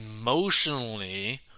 emotionally